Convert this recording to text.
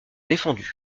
défendus